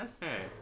hey